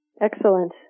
Excellent